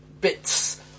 bits